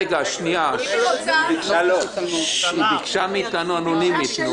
--- היא ביקשה מאתנו אנונימית.